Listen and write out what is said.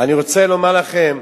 אני רוצה לומר לכם,